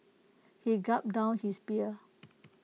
he gulped down his beer